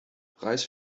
preis